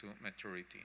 maturity